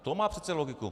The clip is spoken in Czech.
To má přece logiku!